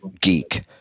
geek